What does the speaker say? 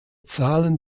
zahlen